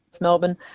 Melbourne